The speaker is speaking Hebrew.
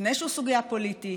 ולפני שהוא סוגיה פוליטית,